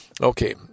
Okay